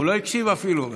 הוא לא הקשיב אפילו.